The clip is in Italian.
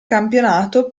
campionato